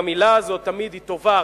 המלה הזאת היא תמיד טובה,